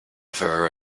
for